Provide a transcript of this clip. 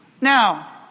Now